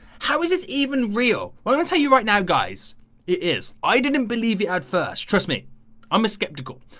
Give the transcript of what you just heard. how is it even real? i'm gonna tell you right now guys it is. i didn't believe it at first trust me i'm a skeptical.